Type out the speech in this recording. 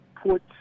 put